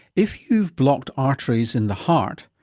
if you've blocked arteries in the heart,